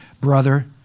brother